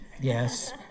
Yes